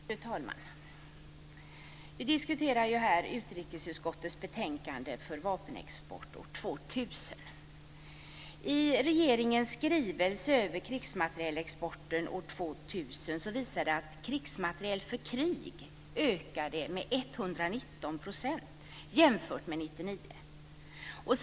Fru talman! Vi diskuterar här utrikesutskottets betänkande om vapenexport år 2000. I regeringens skrivelse över krigsmaterielexporten år 2000 visas att krigsmateriel för krig ökade med 119 % jämfört med år 1999.